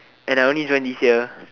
and only join this year